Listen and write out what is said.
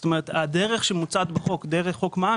זאת אומרת הדרך שמוצעת בחוק דרך חוק מע"מ